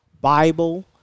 Bible